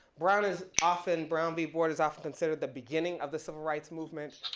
brown is often, brown v board is often considered the beginning of the civil rights movement,